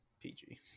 PG